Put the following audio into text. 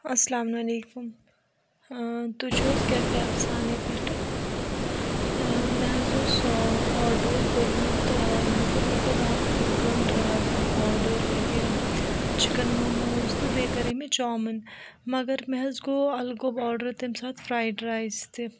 اَلسلام علیکُم تُہۍ چھُو حظ کیفے آفسانے پٮ۪ٹھٕ مےٚ حظ اوس آڈَر کوٚرمُت مطلب مےٚ کوٚر اَکھ گٲنٛٹہٕ برٛونٛہہ آڈَر یہِ چِکَن موموز تہٕ بیٚیہِ کَرے مےٚ چامٕن مگر مےٚ حظ گوٚو اَلگٲب آڈَر تَمہِ ساتہٕ فرٛایڈ رایس تہِ